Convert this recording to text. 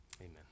Amen